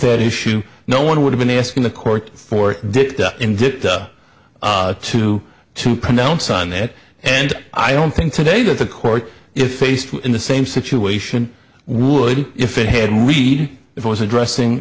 that issue no one would have been asking the court for him to to to pronounce on that and i don't think today that the court if faced in the same situation would if it had read it was addressing